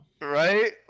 right